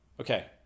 Okay